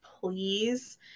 please